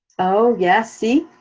oh, yeah see,